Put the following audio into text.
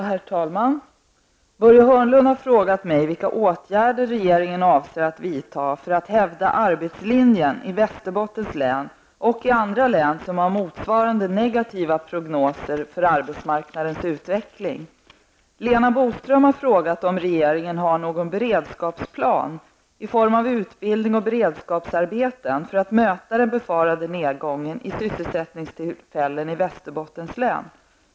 Herr talman! Börje Hörnlund har frågat mig vilka åtgärder regeringen avser att vidta för att hävda arbetslinjen i Västerbottens län och i andra län som har motsvarande negativa prognoser för arbetsmarknadens utveckling. Lena Boström har frågat om regeringen har någon ''beredskapsplan'' i form av utbildning och beredskapsarbeten för att möta den befarade nedgången i sysselsättningstillfällen i Västerbottens län.